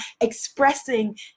expressing